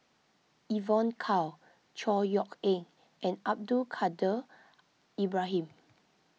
Evon Kow Chor Yeok Eng and Abdul Kadir Ibrahim